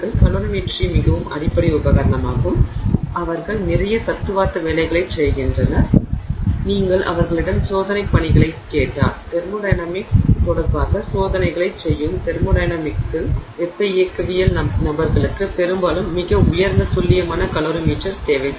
calorimetry மிகவும் அடிப்படை உபகரணமாகும் அவர்கள் நிறைய தத்துவார்த்த வேலைகளைச் செய்கின்றன நீங்கள் அவர்களிடம் சோதனைப் பணிகளைக் கேட்டால் தெர்மோடைனமிக்ஸ் தொடர்பாக சோதனைகளைச் செய்யும் தெர்மோடையனாமிக்ஸில் வெப்ப இயக்கவியல் நபர்கள்களுக்கு பெரும்பாலும் மிக உயர்ந்த துல்லியமான கலோரிமீட்டர் தேவைப்படும்